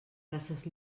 places